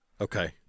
Okay